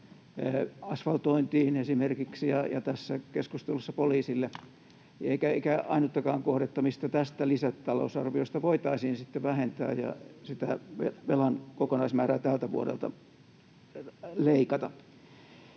asfaltointiin ja tässä keskustelussa poliisille eikä ainuttakaan kohdetta, mistä tästä lisätalousarviosta voitaisiin sitten vähentää ja sitä velan kokonaismäärää tältä vuodelta leikata.